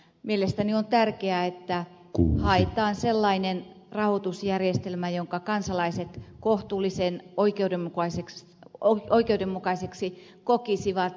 mielestäni on tärkeää että haetaan sellainen rahoitusjärjestelmä jonka kansalaiset kohtuullisen oikeudenmukaiseksi kokisivat